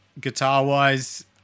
guitar-wise